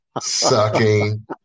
sucking